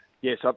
Yes